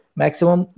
maximum